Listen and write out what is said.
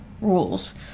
rules